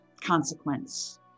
consequence